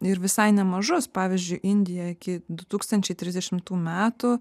ir visai nemažus pavyzdžiui indija iki du tūkstančiai trisdešimtų metų